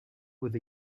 with